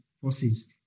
forces